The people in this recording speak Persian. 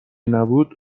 نبود